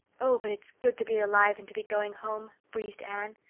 oh, but it's good to be alive and to be going home, breathed anne.